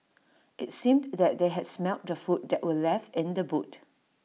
IT seemed that they had smelt the food that were left in the boot